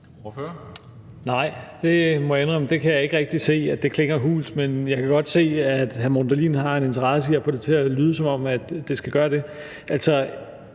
Nej, det må jeg indrømme at jeg ikke rigtig kan se klinger hult, men jeg kan godt se, at hr. Morten Dahlin har en interesse i at få det til at lyde, som om det skal gøre det.